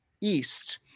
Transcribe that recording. East